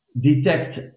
detect